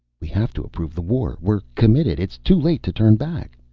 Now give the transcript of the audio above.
we have to approve the war. we're committed. it's too late to turn back!